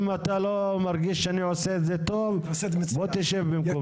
אם אתה לא מרגיש שאני עושה את זה טוב בוא תשב במקומי.